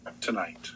tonight